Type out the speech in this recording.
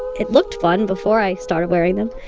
it looked fun before i started wearing them.